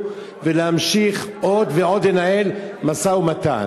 ולהמשיך עוד ועוד לנהל משא-ומתן.